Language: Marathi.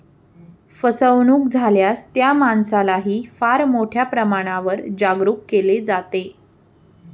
फसवणूक झाल्यास त्या माणसालाही फार मोठ्या प्रमाणावर जागरूक केले जाते